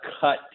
cut